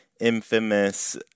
infamous